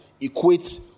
equate